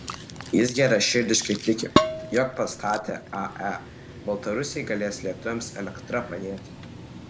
jis geraširdiškai tiki jog pastatę ae baltarusiai galės lietuviams elektra padėti